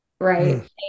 right